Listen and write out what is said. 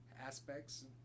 aspects